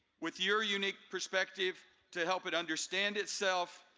with your unique perspective to help it understand itself,